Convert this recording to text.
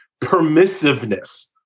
permissiveness